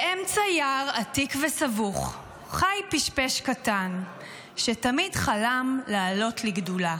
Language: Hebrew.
באמצע יער עתיק וסבוך חי פשפש קטן שתמיד חלם לעלות לגדולה.